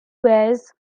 wears